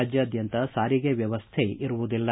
ರಾಜ್ಯಾದ್ಯಂತ ಸಾರಿಗೆ ವ್ಯವಸ್ಟೆ ಇರುವುದಿಲ್ಲ